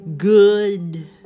Good